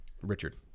Richard